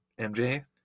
MJ